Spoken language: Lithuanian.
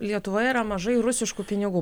lietuvoje yra mažai rusiškų pinigų